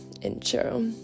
intro